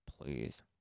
Please